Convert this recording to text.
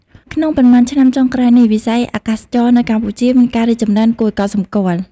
ក្នុងប៉ុន្មានឆ្នាំចុងក្រោយនេះ វិស័យអាកាសចរណ៍នៅកម្ពុជាមានការរីកចម្រើនគួរឲ្យកត់សម្គាល់។